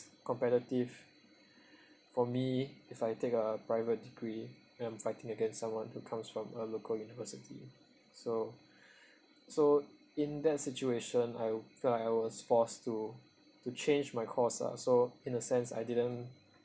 competitive for me if I take a private degree and I'm fighting against someone who comes from a local university so so in that situation I felt like I was forced to to change my course ah so in a sense I didn't